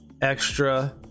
Extra